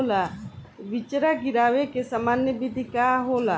बिचड़ा गिरावे के सामान्य विधि का होला?